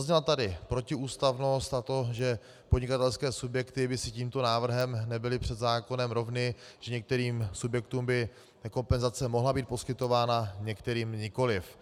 Zazněla tady protiústavnost, a to že podnikatelské subjekty by si tímto návrhem nebyly před zákonem rovny, že některým subjektům by kompenzace mohla být poskytována, některým nikoliv.